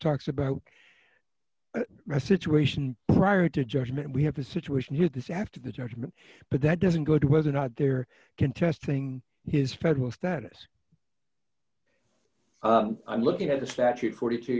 talks about a situation prior to judgment we have a situation here this after the judgment but that doesn't go to whether or not there contesting his federal status i'm looking at the statute forty two